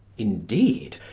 indeed,